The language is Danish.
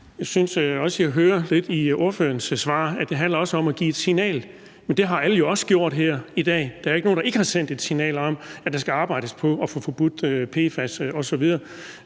Jeg synes også, jeg i ordførerens svar lidt hører, at det også handler om at sende et signal, men det har alle jo også gjort her i dag – der er ikke nogen, der ikke har sendt et signal om, at der skal arbejdes på at få PFAS forbudt osv.